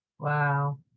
Wow